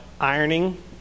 ironing